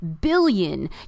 billion